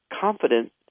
confident